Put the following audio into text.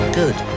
good